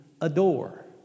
adore